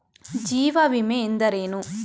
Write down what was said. ಜೀವ ವಿಮೆ ಎಂದರೇನು?